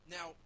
Now